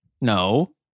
No